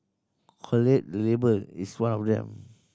collate the Label is one of them